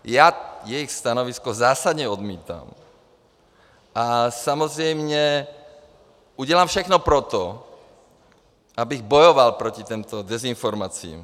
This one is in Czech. Já jejich stanovisko zásadně odmítám a samozřejmě udělám všechno pro to, abych bojoval proti těmto dezinformacím.